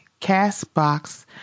Castbox